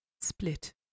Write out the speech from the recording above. split